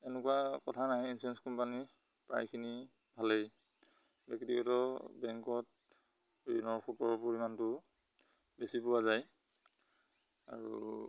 এনেকুৱা কথা নাই ইঞ্চুৰেঞ্চ কোম্পানীৰ প্ৰায়খিনি ভালেই ব্যক্তিগত বেংকত ঋণৰ সুোক পৰিমাণটো বেছি পোৱা যায় আৰু